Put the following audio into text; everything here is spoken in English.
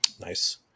Nice